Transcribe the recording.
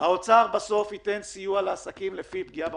האוצר בסוף ייתן סיוע לעסקים לפי פגיעה במחזור.